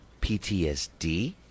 PTSD